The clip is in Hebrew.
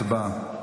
הצבעה.